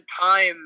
time